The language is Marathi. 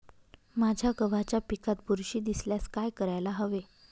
माझ्या गव्हाच्या पिकात बुरशी दिसल्यास काय करायला हवे?